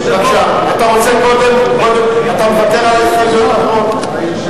אתה מוותר על ההסתייגויות האחרות?